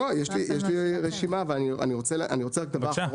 הדבר האחרון